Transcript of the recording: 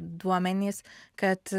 duomenys kad